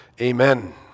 Amen